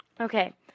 Okay